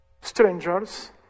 strangers